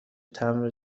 تمبر